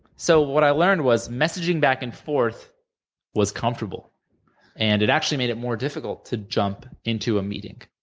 so what i learned was messaging back and forth was comfortable and it actually made it more difficult to jump into a meeting.